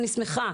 אני שמחה,